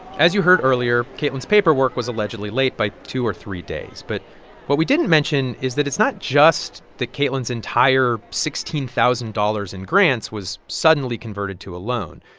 as you heard earlier, kaitlyn's paperwork was allegedly late by two or three days. but what we didn't mention is that it's not just that kaitlyn's entire sixteen thousand dollars in grants was suddenly converted to a loan.